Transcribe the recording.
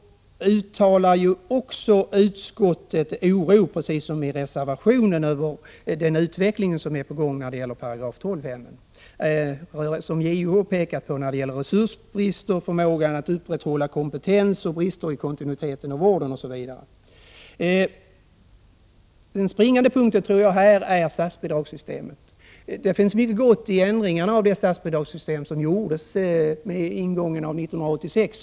Utskottet uttalar oro, precis som i reservationen, över utvecklingen för §-12-hemmen. JO har pekat på resursbristen, förmåga att upprätthålla kompetens, brister i kontinuiteten av vården osv. Den springande punkten tror jag här är statsbidragssystemet. Det finns mycket gott i de ändringar av statsbidragssystemet som gjordes vid ingången av 1986.